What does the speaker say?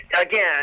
again